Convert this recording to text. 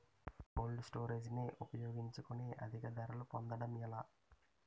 Cold storage ని ఉపయోగించుకొని అధిక ధరలు పొందడం ఎలా?